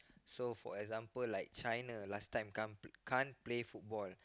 so for example like China last time can't uh can't play football